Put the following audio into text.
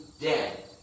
dead